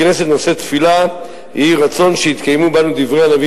הכנסת נושאת תפילה: יהי רצון שיתקיימו בנו דברי הנביא